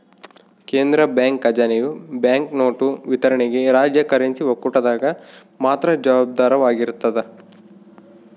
ಕೇಂದ್ರ ಬ್ಯಾಂಕ್ ಖಜಾನೆಯು ಬ್ಯಾಂಕ್ನೋಟು ವಿತರಣೆಗೆ ರಾಜ್ಯ ಕರೆನ್ಸಿ ಒಕ್ಕೂಟದಾಗ ಮಾತ್ರ ಜವಾಬ್ದಾರವಾಗಿರ್ತದ